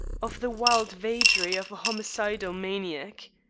of the wild vagary of a homicidal maniac.